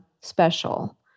special